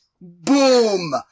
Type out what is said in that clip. Boom